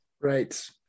right